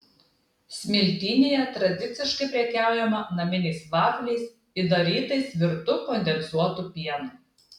smiltynėje tradiciškai prekiaujama naminiais vafliais įdarytais virtu kondensuotu pienu